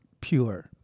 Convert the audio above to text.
Pure